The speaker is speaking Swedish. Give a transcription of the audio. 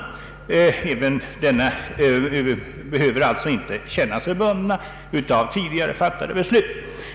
1970 års riksdag behöver alltså inte känna sig bunden av tidigare fattade beslut.